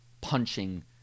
punching